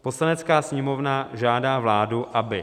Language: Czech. Poslanecká sněmovna žádá vládu, aby